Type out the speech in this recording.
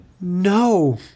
no